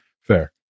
Fair